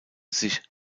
sich